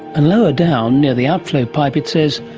and lower down near the outflow pipe it says,